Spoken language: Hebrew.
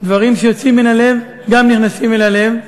דברים שיוצאים מן הלב גם נכנסים אל הלב.